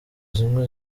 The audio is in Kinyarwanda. zimwe